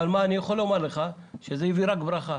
אני יכול לומר לך שזה הביא רק ברכה.